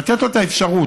לתת לו את האפשרות,